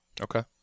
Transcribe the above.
Okay